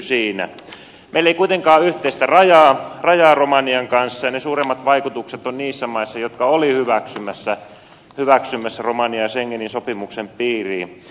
meillä ei kuitenkaan ole yhteistä rajaa romanian kanssa ja ne suuremmat vaikutukset ovat niissä maissa jotka olivat hyväksymässä romanian schengenin sopimuksen piiriin